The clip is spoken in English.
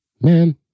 Man